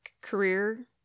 career